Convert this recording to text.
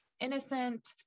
innocent